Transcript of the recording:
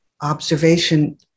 observation